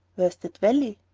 where is the valley?